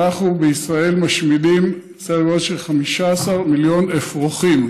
אנחנו בישראל משמידים סדר גודל של 15 מיליון אפרוחים,